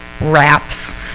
wraps